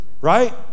right